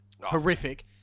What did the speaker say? horrific